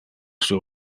sur